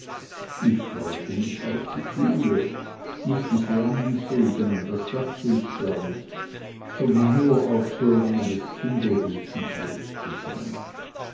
ich freute mich auf die schule nicht des lernens wegen an das dachte ich gar nicht sondern nur auf so lange des kinderhütens los zu sein